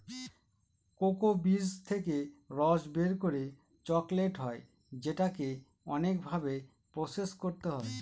cocoa বীজ থেকে রস বের করে চকলেট হয় যেটাকে অনেক ভাবে প্রসেস করতে হয়